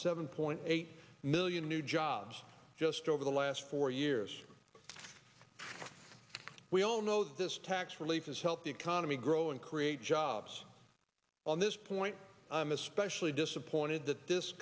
seven point eight million new jobs just over the last four years we all know this tax relief has helped the economy grow and create jobs on this point i am especially disappointed that this